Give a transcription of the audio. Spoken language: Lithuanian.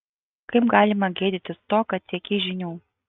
kaip galima gėdytis to kad siekei žinių